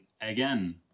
again